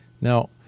Now